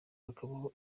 hakabaho